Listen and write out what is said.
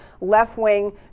left-wing